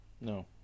No